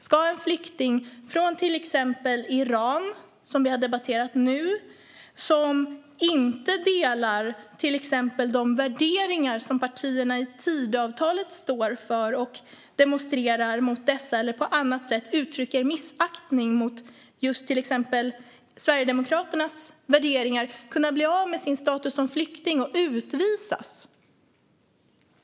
Ska en flykting från till exempel Iran, som nu har debatterats, och som inte delar till exempel de värderingar som partierna bakom Tidöavtalet står för och demonstrerar mot dem eller på annat sätt uttrycker missaktning mot just till exempel Sverigedemokraternas värderingar kunna bli av med sin status som flykting och utvisas?